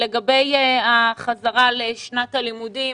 לגבי החזרה לשנת הלימודים,